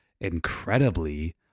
incredibly